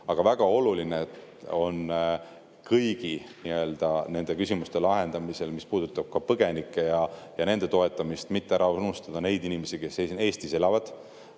Aga väga oluline on kõigi nende küsimuste lahendamisel, mis puudutab põgenikke ja nende toetamist, mitte ära unustada neid inimesi, kes Eestis elavad.